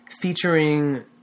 featuring